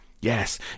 Yes